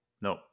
No